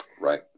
Right